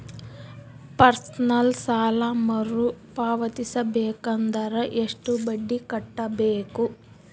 Personal ಸಾಲ ಮರು ಪಾವತಿಸಬೇಕಂದರ ಎಷ್ಟ ಬಡ್ಡಿ ಕಟ್ಟಬೇಕು?